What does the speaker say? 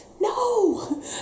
no